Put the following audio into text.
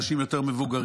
אנשים יותר מבוגרים,